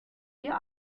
wir